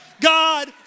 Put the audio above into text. God